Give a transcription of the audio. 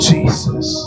Jesus